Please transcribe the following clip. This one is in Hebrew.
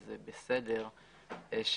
וזה בסדר,